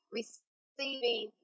receiving